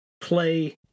play